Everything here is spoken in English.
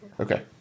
Okay